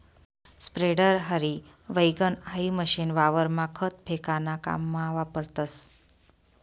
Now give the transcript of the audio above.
spreader, हनी वैगण हाई मशीन वावरमा खत फेकाना काममा वापरतस